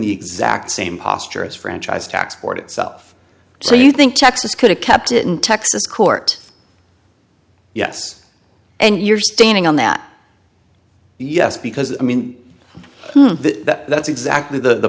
the exact same posture as franchise tax board itself so you think texas could have kept it in texas court yes and you're standing on that yes because i mean that's exactly the